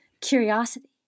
curiosity